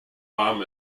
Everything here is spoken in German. warm